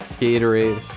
gatorade